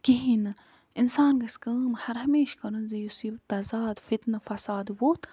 کِہیٖنۍ نہٕ اِنسان گژھِ کٲم ہر ہمیشہٕ کَرُن زِ یُس یہِ تضاد فِتنہٕ فَساد ووٚتھ